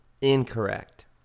Incorrect